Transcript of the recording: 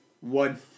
one